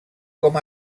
com